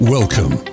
Welcome